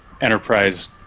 enterprise